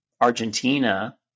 Argentina